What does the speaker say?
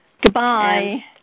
Goodbye